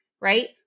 right